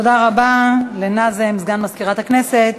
תודה רבה לנאזם, סגן מזכירת הכנסת.